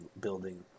building